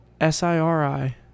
S-I-R-I